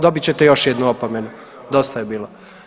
Dobit ćete još jednu opomenu, dosta je bilo!